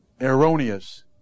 erroneous